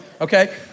Okay